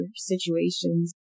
situations